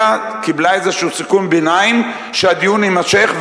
אלא קיבלה איזה סיכום ביניים שהדיון יימשך,